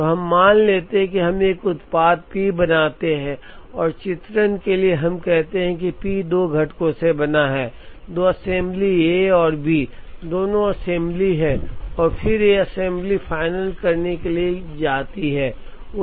तो हम मान लेते हैं कि हम एक उत्पाद P बनाते हैं और चित्रण के लिए हम कहते हैं कि P दो घटकों से बना है दो असेंबली A और B दोनों असेंबली हैं और फिर ये असेंबली फाइनल करने के लिए जाती हैं